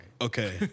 Okay